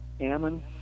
Ammon